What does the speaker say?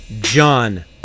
John